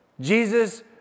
Jesus